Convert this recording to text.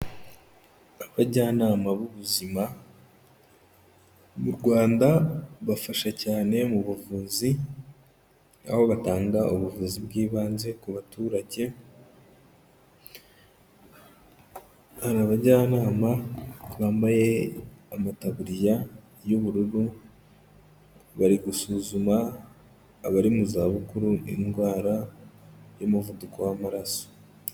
Abajyanama b'ubuzima mu Rwanda bafasha cyane mu buvuzi, aho batanga ubuvuzi bw'ibanze ku baturage, hari abajyanama bambaye amataburiya y'ubururu bari gusuzuma abari mu zabukuru indwara y'umuvuduko w'amaraso.